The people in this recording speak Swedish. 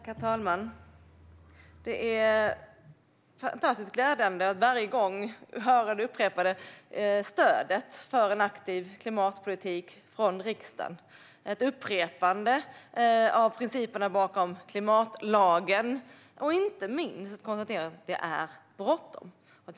Herr talman! Det är varje gång fantastiskt glädjande att höra det upprepade stödet från riksdagen för en aktiv klimatpolitik, ett upprepande av principerna bakom klimatlagen och inte minst ett konstaterande av att det är bråttom.